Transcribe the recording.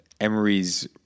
Emery's